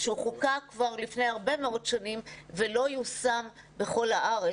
שחוקק כבר לפני הרבה מאוד שנים ולא יושם בכל הארץ,